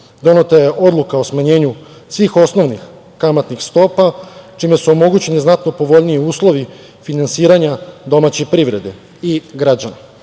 Doneta je odluka o smanjenju svih osnovnih kamatnih stopa čime su omogućeni znatno povoljniji uslovi finansiranja domaće privrede i građana.